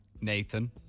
Nathan